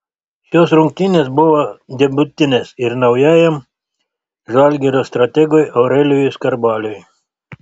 šios rungtynės buvo debiutinės ir naujajam žalgirio strategui aurelijui skarbaliui